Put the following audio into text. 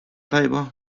tajba